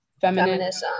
feminism